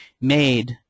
made